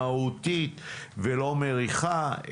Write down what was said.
מהותית ולא מריחה.